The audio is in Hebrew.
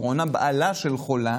(קוראת בשמות חברי הכנסת)